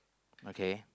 okay